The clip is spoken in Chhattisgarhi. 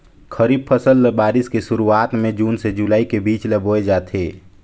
खरीफ फसल ल बारिश के शुरुआत में जून से जुलाई के बीच ल बोए जाथे